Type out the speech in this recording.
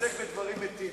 אני לא מתעסק בדברים מתים.